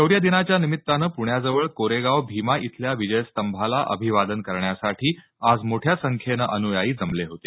शौर्य दिनाच्या निमित्तानं पुण्याजवळ कोरेगाव भीमा इथल्या विजय स्तंभाला अभिवादन करण्यासाठी आज मोठ्या संख्येनं अनुयायी जमले होते